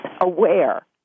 aware